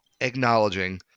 acknowledging –